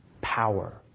power